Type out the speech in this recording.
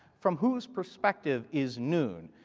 from whom's perspective is noon?